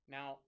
Now